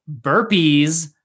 Burpees